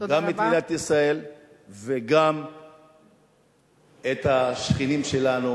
גם את מדינת ישראל וגם את השכנים שלנו,